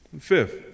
Fifth